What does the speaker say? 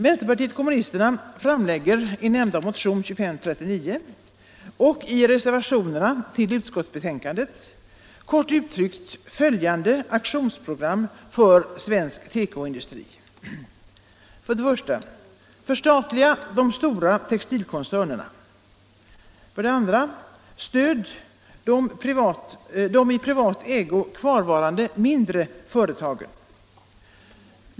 Vpk framlägger i nämnda motion nr 2539 och i reservationerna till utskottsbetänkandet kort uttryckt följande aktionsprogram för den svenska tekoindustrin: 3.